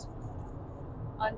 on